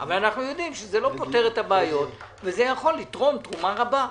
אבל אנחנו יודעים שזה לא פותר את הבעיות וזה יכול לתרום תרומה רבה.